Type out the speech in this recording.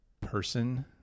person